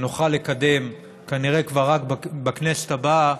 שנוכל לקדם כנראה כבר רק בכנסת הבאה,